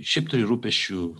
šiaip turi rūpesčių